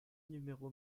numéro